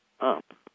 up